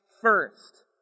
first